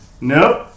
Nope